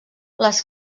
les